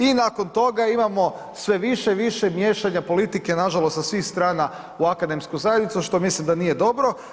I nakon toga imamo sve više i više miješanja politike na žalost sa svih strana u akademsku zajednicu što mislim da nije dobro.